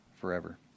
forever